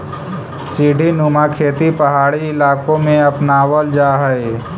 सीढ़ीनुमा खेती पहाड़ी इलाकों में अपनावल जा हई